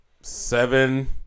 Seven